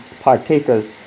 partakers